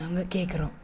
நாங்கள் கேக்கிறோம்